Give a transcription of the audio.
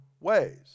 ways